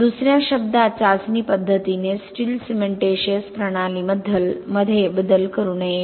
दुसर्या शब्दांत चाचणी पद्धतीने स्टील सिमेंटिशिअस प्रणालीमध्ये बदल करू नये